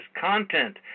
content